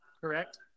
correct